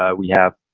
ah we have